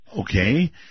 okay